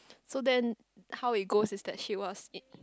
so then how it goes is that she was in